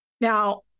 Now